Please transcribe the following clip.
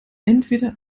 entweder